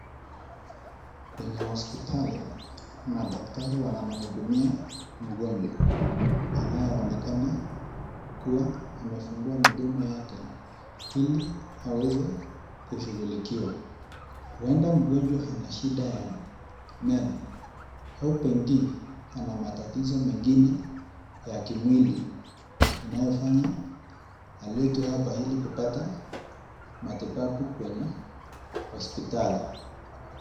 Kwenye hospitali madaktari wanamhudumia mgonjwa anayeonekana kuwa amefungua mdomo yake ili aweze kushughulikiwa. Huenda mgonjwa ana shida ya meno au pengine ana matatizo mengine ya kimwili inayofanya aletwe hapa ili kupata matibabu kwenye hospitali.